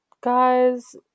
guys